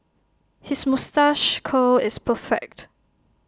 his moustache curl is perfect